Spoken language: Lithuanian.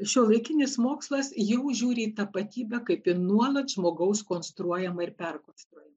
šiuolaikinis mokslas jau žiūri į tapatybę kaip į nuolat žmogaus konstruojamą ir perkonstruojamą